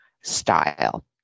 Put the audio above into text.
style